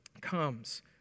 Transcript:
comes